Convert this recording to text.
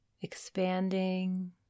expanding